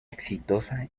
exitosa